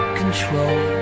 control